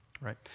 right